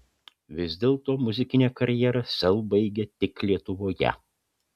vis dėlto muzikinę karjerą sel baigia tik lietuvoje